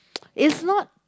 is not